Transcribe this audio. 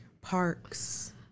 Parks